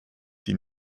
die